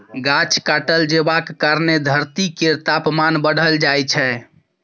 गाछ काटल जेबाक कारणेँ धरती केर तापमान बढ़ल जाइ छै